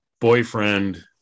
boyfriend